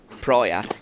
prior